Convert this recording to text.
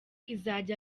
izajya